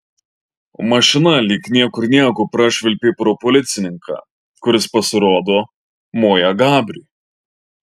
o mašina lyg niekur nieko prašvilpė pro policininką kuris pasirodo moja gabriui